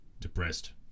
Depressed